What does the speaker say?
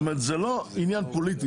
זאת אומרת, זה לא עניין פוליטי.